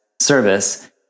service